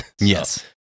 Yes